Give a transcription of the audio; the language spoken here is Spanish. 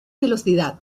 velocidad